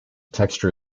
texture